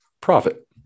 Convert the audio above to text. profit